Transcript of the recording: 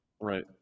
Right